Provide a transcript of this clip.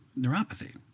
neuropathy